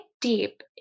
deep